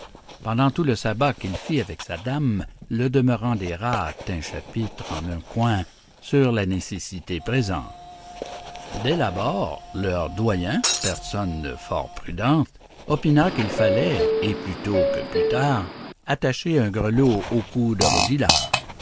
pendant tout le sabbat qu'il fit avec sa dame le demeurant des rats tint chapitre en un coin sur la nécessité présente dès l'abord leur doyen personne fort prudente opina qu'il fallait et plus tôt que plus tard attacher un grelot au cou de rodilard